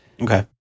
Okay